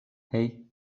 hey